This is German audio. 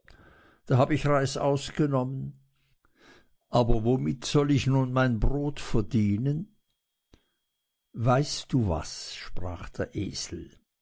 da hab ich reißaus genommen aber womit soll ich nun mein brot verdienen weißt du was sprach der esel